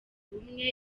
bumwe